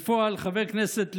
בפועל, חבר כנסת לוי,